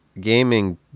gaming